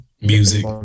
Music